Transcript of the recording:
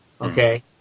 okay